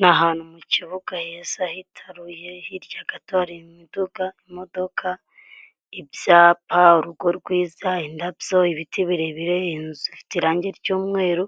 Na ahantu mu kibuga heza hitaruye hirya gato harira urubuga, imodoka ibyapa ,urugo rwiza indabyo ibiti birebire, inzu ifite irangi ry'umweru